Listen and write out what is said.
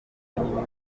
ihohoterwa